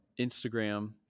Instagram